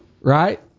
right